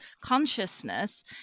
consciousness